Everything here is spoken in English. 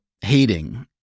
hating